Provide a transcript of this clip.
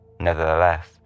Nevertheless